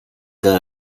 que